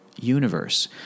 universe